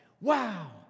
Wow